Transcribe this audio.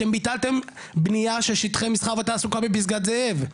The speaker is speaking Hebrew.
אתם ביטלתם בנייה של שטחי מסחר ותעסוקה בפסגת זאב,